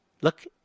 Look